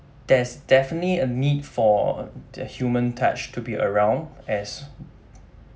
there's definitely a need for the human touch to be around as